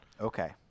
Okay